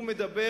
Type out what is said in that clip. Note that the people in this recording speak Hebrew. והוא מדבר